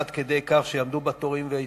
עד כדי כך שיעמדו בתורים ויתרמו,